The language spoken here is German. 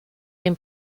den